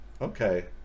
okay